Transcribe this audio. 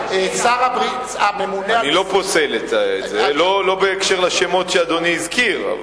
אני לא פוסל, לא בהקשר של השמות שאדוני הזכיר.